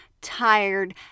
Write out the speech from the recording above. tired